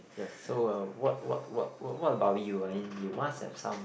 yes so uh what what what what about you I mean you must have some